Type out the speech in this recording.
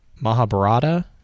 Mahabharata